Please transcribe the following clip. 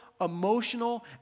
emotional